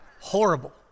Horrible